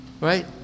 Right